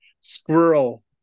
squirrel